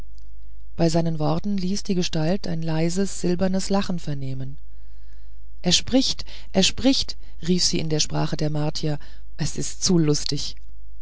bei seinen worten ließ die gestalt ein leises silbernes lachen vernehmen er spricht er spricht rief sie in der sprache der martier es ist zu lustig